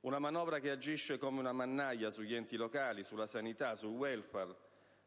Quest'ultima agisce come una mannaia sugli enti locali, sulla sanità, sul *welfare*,